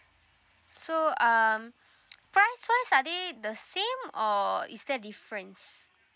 so um price wise are they the same or is there a difference